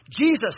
Jesus